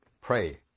pray